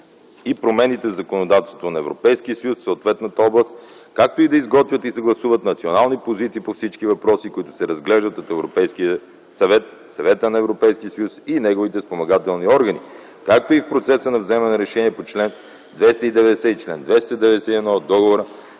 и промените в законодателството на Европейския съюз в съответната област, както и да изготвят и съгласуват национални позиции по всички въпроси, които се разглеждат от Европейския съвет, Съвета на Европейския съюз и неговите спомагателни органи, както и в процеса на вземане на решения по чл. 290 и чл. 291 от Договора